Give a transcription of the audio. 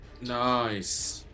Nice